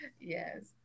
Yes